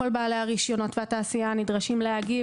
כל בעלי הרישיונות והתעשייה נדרשים להגיב